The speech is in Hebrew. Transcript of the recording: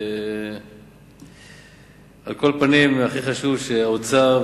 הכי חשוב שהאוצר,